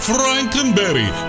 Frankenberry